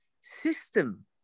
system